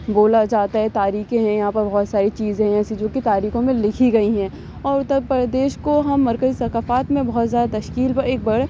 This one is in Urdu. بولا جاتا ہے تاریخیں ہیں یہاں پر بہت ساری چیزیں ہیں ایسی جو کہ تاریخوں میں لکھی گئی ہیں اور اتر پردیش کو ہم مرکزی ثقافت میں بہت زیادہ تشکیل کو ایک بڑے